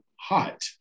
hot